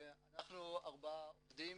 אנחנו ארבעה עובדים,